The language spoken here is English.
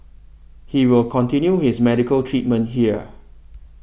he will continue his medical treatment here